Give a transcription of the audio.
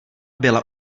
byla